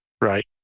Right